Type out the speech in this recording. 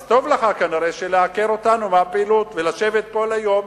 אז טוב לך כנראה לעקר אותנו מהפעילות ולשבת כל היום,